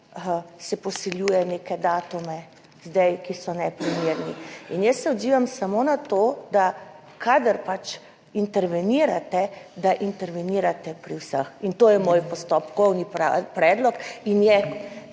se posiljuje neke datume zdaj, ki so neprimerni. In jaz se odzivam samo na to, da kadar pač intervenirate, da intervenirate pri vseh, in to je moj postopkovni predlog. In je,